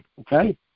Okay